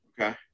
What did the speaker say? Okay